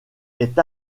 est